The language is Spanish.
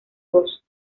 dos